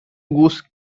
goose